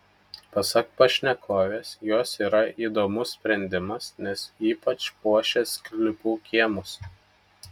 pasak pašnekovės jos yra įdomus sprendimas nes ypač puošia sklypų kiemus